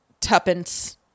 Tuppence